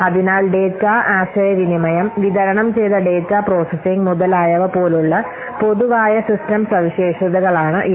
അതിനാൽ ഡാറ്റാ ആശയവിനിമയം വിതരണം ചെയ്ത ഡാറ്റ പ്രോസസ്സിംഗ് മുതലായവ പോലുള്ള പൊതുവായ സിസ്റ്റം സവിശേഷതകളാണ് ഇവ